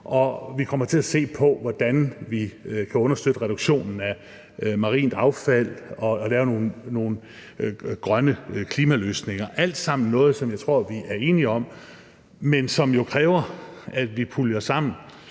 vi kommer til at se på, hvordan vi kan understøtte reduktionen af marint affald og lave nogle grønne klimaløsninger. Det er alt sammen noget, som jeg tror vi er enige om, men som jo kræver, at vi puljer sammen